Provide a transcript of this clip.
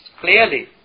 clearly